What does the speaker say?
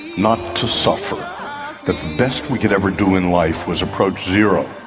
not to suffer, that the best we could ever do in life was approach zero.